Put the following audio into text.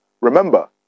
Remember